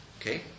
Okay